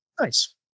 Nice